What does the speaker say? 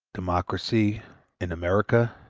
democracy in america,